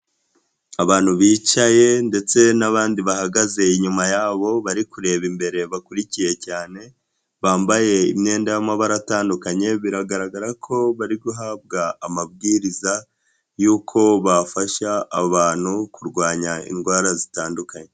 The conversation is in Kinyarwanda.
Abantu bicaye ndetse n'abandi bahagaze inyuma yabo bari kureba imbere bakurikiye cyane, bambaye imyenda y'amabara atandukanye biragaragara ko bari guhabwa amabwiriza y'uko bafasha abantu kurwanya indwara zitandukanye.